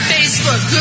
Facebook